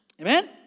Amen